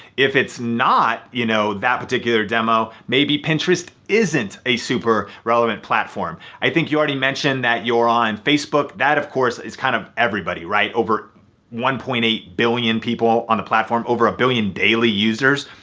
if it's not you know that particular demo, maybe pinterest isn't a super relevant platform. i think you already mentioned that you're on facebook. that of course is kind of everybody, right? over one point eight billion people on the platform. over a billion daily users.